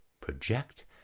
project